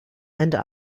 and